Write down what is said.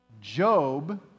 Job